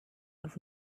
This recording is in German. und